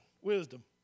wisdom